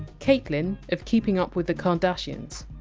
caitlyn of keeping up with the kardashians.